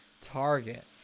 Target